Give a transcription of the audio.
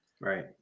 Right